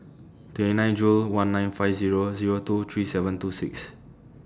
twenty nine Jul one nine five Zero Zero two three seven two six